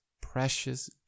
precious